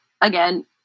again